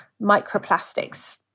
microplastics